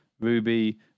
Ruby